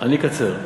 אני אקצר.